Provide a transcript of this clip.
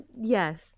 Yes